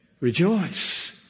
rejoice